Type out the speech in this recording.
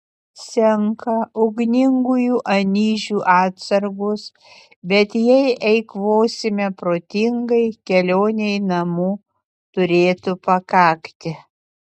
senka ugningųjų anyžių atsargos bet jei eikvosime protingai kelionei namo turėtų pakakti